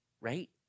right